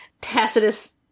Tacitus